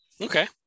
okay